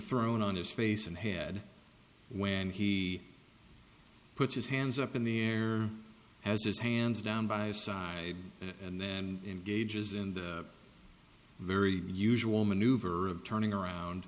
thrown on his face and head when he puts his hands up in the air has his hands down by side and then gauges in the very usual maneuver of turning around